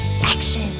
action